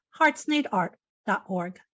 heartsneedart.org